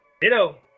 Ditto